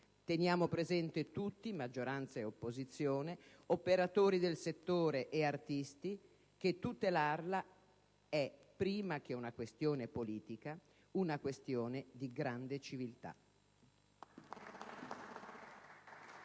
Teniamo presente tutti - maggioranza e opposizione, operatori del settore e artisti - che tutelarla è, prima che una questione politica, una questione di grande civiltà.